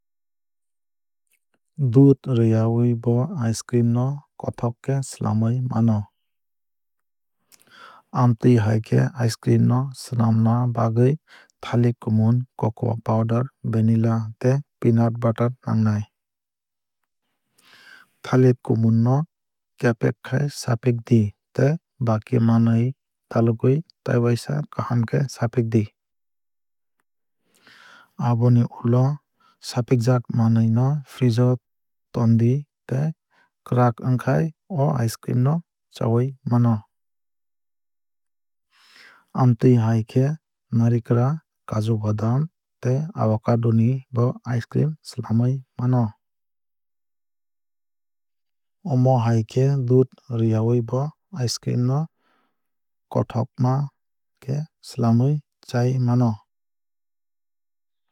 Dudh ruyawui bo ice cream no kothok khe swlamwui mano. Amtwui hai ice cream no swnamna bagwui thalik kumun cocoa powder vanilla tei peanut butter nangnai. Thalik kumun no kepek khai sapikdi tei baki manwui dalogwui tai waisa kaham khe sapikdi. Aboni ulo o sapikjak manwui no freeze o tondi tei kwrak wngkhai o ice crean no chawui mano. Amtwui hai khe narikra kajubadam tei avocado ni bo ice cream swlamwui mano. Omo hai khe dudh rwyawui bo ice cream no kothokma khe swlamwui chai mano.